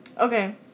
Okay